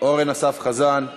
אורן אסף חזן,